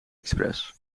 express